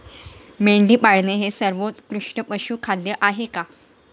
मेंढी पाळणे हे सर्वोत्कृष्ट पशुखाद्य आहे का?